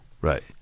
Right